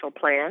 plan